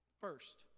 first